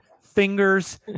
Fingers